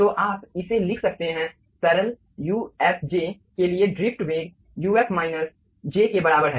तो आप इसे लिख सकते हैं तरल ufj के लिए ड्रिफ्ट वेग uf माइनस j के बराबर है